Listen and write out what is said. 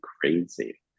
crazy